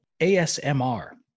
ASMR